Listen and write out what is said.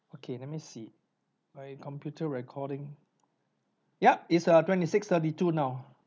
okay let me see my computer recording yup it's err twenty six thirty two now